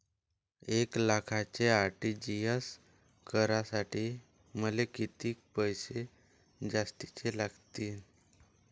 एक लाखाचे आर.टी.जी.एस करासाठी मले कितीक रुपये जास्तीचे लागतीनं?